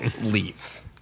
leave